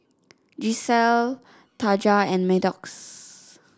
Gisselle Taja and Maddox